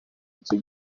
iki